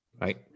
right